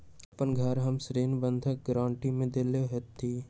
अपन घर हम ऋण बंधक गरान्टी में देले हती